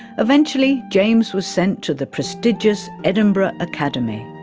eventually james was sent to the prestigious edinburgh academy.